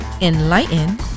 enlighten